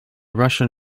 russian